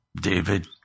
David